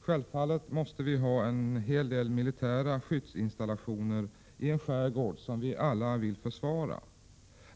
Självfallet måste vi ha en hel del militära skyddsinstallationer i en skärgård som vi alla vill försvara.